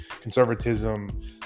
conservatism